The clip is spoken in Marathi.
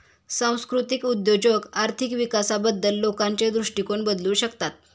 सांस्कृतिक उद्योजक आर्थिक विकासाबद्दल लोकांचे दृष्टिकोन बदलू शकतात